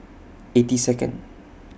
eighty Second